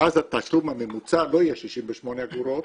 ואז התשלום הממוצע לא יהיה 68 אגורות,